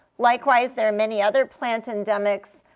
likewise, there are many other plant endemics,